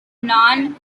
non